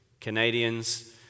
Canadians